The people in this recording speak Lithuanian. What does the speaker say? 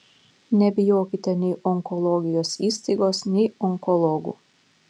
nebijokite nei onkologijos įstaigos nei onkologų